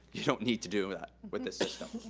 you don't need to do that with this system.